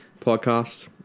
podcast